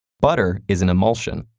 butter is an emulsion,